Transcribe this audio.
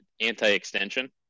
anti-extension